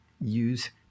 use